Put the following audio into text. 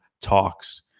talks